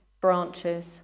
branches